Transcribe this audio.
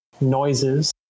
noises